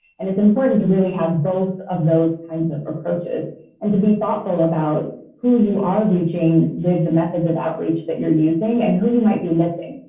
and it's important to really have both of those kinds of approaches and to be thoughtful about who you are reaching with the methods of outreach that you are using and who you might be missing.